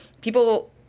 people